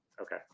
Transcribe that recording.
Okay